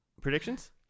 Predictions